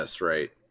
right